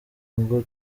ngo